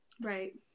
Right